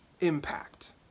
impact